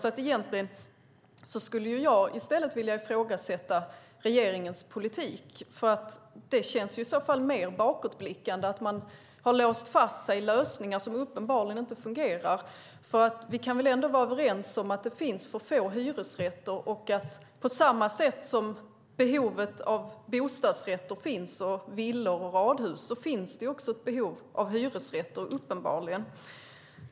Jag skulle egentligen i stället vilja ifrågasätta regeringens politik. Det känns i så fall mer bakåtblickande att man har låst fast sig i lösningar som uppenbarligen inte fungerar, för vi kan väl ändå vara överens om att det finns för få hyresrätter. På samma sätt som det finns ett behov av bostadsrätter, villor och radhus finns det ett behov av hyresrätter, uppenbarligen.